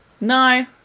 No